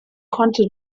konnte